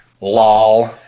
Lol